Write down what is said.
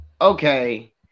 okay